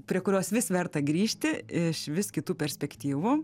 prie kurios vis verta grįžti iš vis kitų perspektyvų